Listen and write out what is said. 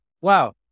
Wow